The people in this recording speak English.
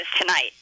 tonight